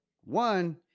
One